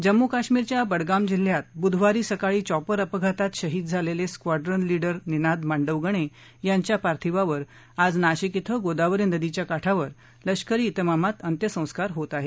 जम्मू काश्मीरच्या बडगाम जिल्ह्यात बुधवारी सकाळी चॉपर अपघातात शहीद झालेले स्क्वाडून लीडर निनाद मांडवगणे यांच्या पार्थिवावर आज नाशिक क्रिंगोदावरी नदीच्या काठावर लष्करी त्रिमामात अंत्यसंस्कार होत आहेत